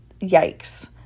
yikes